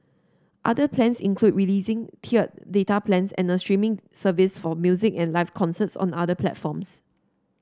other plans include releasing tiered data plans and a streaming service for music and live concerts on other platforms